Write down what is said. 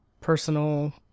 personal